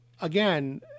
again